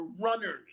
runners